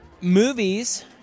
Movies